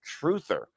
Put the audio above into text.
truther